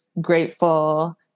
grateful